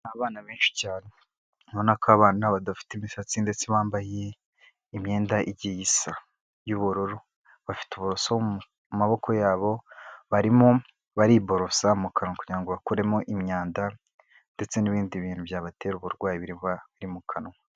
Ni abana benshi cyane ubona ko abana badafite imisatsi ndetse bambaye imyenda igiye isa y'ubururu, bafite uburoso mu maboko yabo barimo bariborosa mu kanwa kugira ngo bakuremo imyanda ndetse n'ibindi bintu byabatera uburwayi biri bube biri mu kanwa.